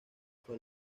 fue